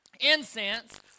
incense